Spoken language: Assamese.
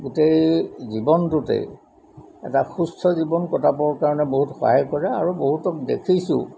গোটেই জীৱনটোতে এটা সুস্থ জীৱন কটাবৰ কাৰণে বহুত সহায় কৰে আৰু বহুতক দেখিছোঁ